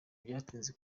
byatinze